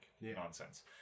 nonsense